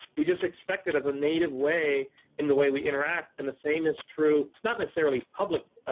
we just expect it as a native way in the way we interact, and the same is true not necessarily public